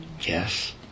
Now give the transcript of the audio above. Yes